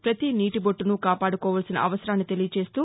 పతి నీటి బొట్లను కాపాడుకోవాల్సిన అవసరాన్ని తెలియజేస్తూ